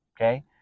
Okay